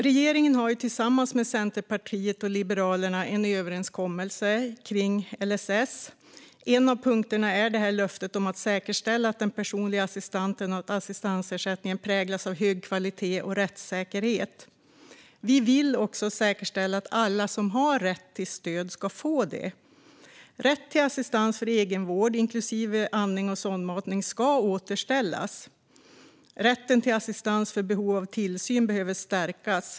Regeringen har tillsammans med Centerpartiet och Liberalerna en överenskommelse om LSS. En av punkterna är löftet att säkerställa att den personliga assistansen och assistansersättningen präglas av hög kvalitet och rättssäkerhet. Vi vill också säkerställa att alla som har rätt till stöd ska få det. Rätten till assistans för egenvård, inklusive andning och sondmatning, ska återställas. Rätten till assistans för behov av tillsyn ska stärkas.